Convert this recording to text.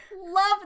love